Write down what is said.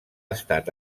estat